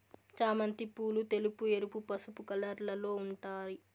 చామంతి పూలు తెలుపు, ఎరుపు, పసుపు కలర్లలో ఉంటాయి